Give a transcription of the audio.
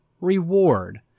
reward